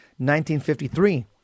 1953